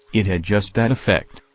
it had just that effect.